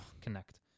connect